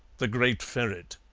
the great ferret.